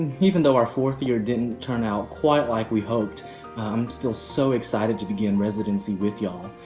even though our fourth year didn't turn out quite like we hoped, i'm still so excited to begin residency with y'all.